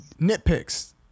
nitpicks